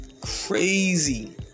crazy